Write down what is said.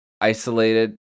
isolated